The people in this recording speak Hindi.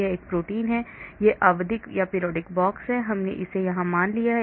यह प्रोटीन है यह आवधिक बॉक्स है हमने इसे यहां मान लिया है